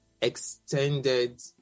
extended